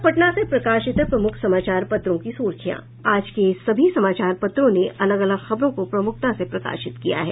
अब पटना से प्रकाशित प्रमुख समाचार पत्रों की सुर्खियां आज के सभी समाचार पत्रों ने अलग अलग खबरों को प्रमुखता से प्रकाशित किया है